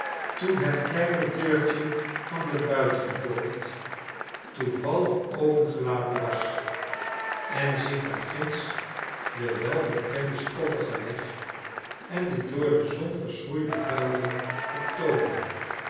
toen het kleine deurtje van de buitenpoort toevallig open gelaten was en zich daar ginds de welbekende stoffige weg en de door de zon verschroeide velden vertoonden